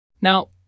Now